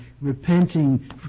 repenting